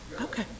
Okay